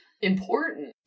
important